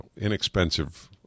inexpensive